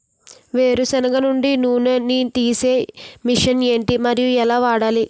వేరు సెనగ నుండి నూనె నీ తీసే మెషిన్ ఏంటి? మరియు ఎలా వాడాలి?